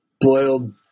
boiled